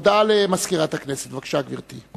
הודעה למזכירת הכנסת, בבקשה, גברתי.